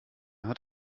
hat